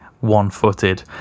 one-footed